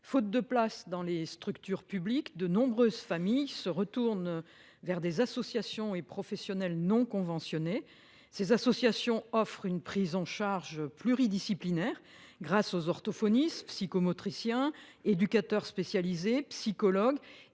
Faute de place au sein de structures publiques, de nombreuses familles se tournent vers des associations et des professionnels non conventionnés. Ces associations offrent une prise en charge pluridisciplinaire, grâce à des orthophonistes, des psychomotriciens, des éducateurs spécialisés et des psychologues.